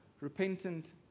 repentant